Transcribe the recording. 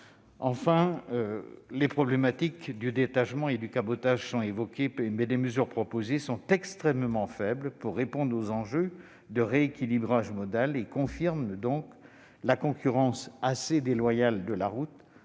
Enfin, les problématiques du détachement et du cabotage sont évoquées, mais les mesures proposées sont extrêmement faibles pour répondre aux enjeux de rééquilibrage modal et confirment la concurrence assez déloyale de la route,